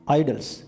idols